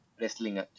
wrestling